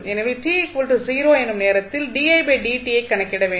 எனவே t 0 எனும் நேரத்தில் ஐ கணக்கிட வேண்டும்